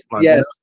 yes